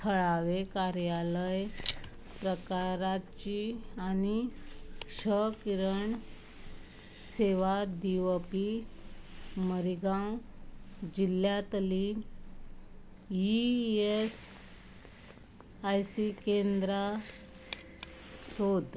थळावें कार्यालय प्रकाराचीं आनी क्ष किरण सेवा दिवपी मरीगाव जिल्ल्यांतलीं ईएसआयसी केंद्रां सोद